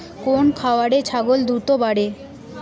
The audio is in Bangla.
কোন খাওয়ারে ছাগল দ্রুত বাড়ে?